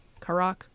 Karak